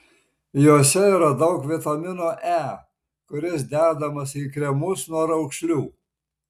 juose yra daug vitamino e kuris dedamas į kremus nuo raukšlių